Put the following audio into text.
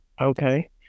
Okay